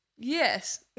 Yes